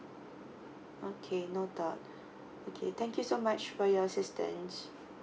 okay note down okay thank you so much for your assistance